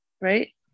Right